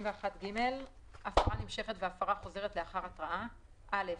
הפרה נמשכת61ג.(א)